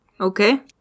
Okay